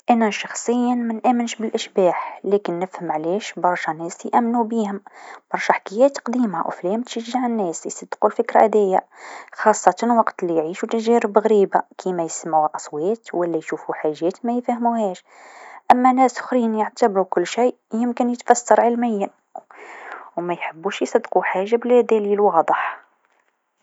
أنا شخصيا منأمنش بالأشباح لكن نفهم علاش برشا ناس يأمنو بيهم، برشا حكايات قديمه و أفلام تشجع الناس يصدقو الفكرا ديا و خاصة وقت ليعيشو تجارب غريبه كيما يسمعو أصوات و لا يشوفو حاجات ما يفهموهاش، أما ناس يعتبر كل شيء يمكن يتفسر علميا و ميحبوش يصدقو حاجه بلا دليل واضح.